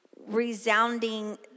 resounding